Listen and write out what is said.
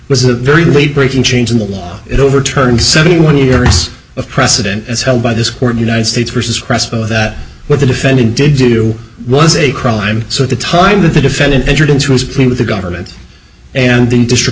was a very late breaking change in the law it overturned seventy one years of precedent as held by this court united states versus crespo that what the defendant did do was a crime so at the time that the defendant entered into his plea with the government and the district